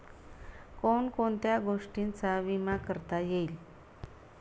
कोण कोणत्या गोष्टींचा विमा करता येईल?